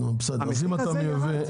המחיר ירד.